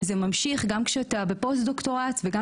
זה ממשיך גם כשאתה בפוסט דוקטורט וגם